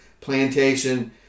plantation